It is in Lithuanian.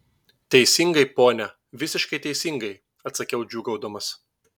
teisingai pone visiškai teisingai atsakiau džiūgaudamas